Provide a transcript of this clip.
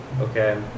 okay